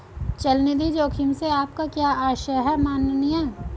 चल निधि जोखिम से आपका क्या आशय है, माननीय?